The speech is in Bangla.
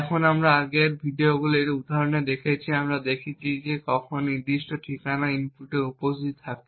এখন আমরা আগের ভিডিওগুলিতে এর উদাহরণ দেখেছি আমরা দেখেছি যে যখন একটি নির্দিষ্ট ঠিকানা ইনপুটে উপস্থিত থাকে